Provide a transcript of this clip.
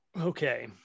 okay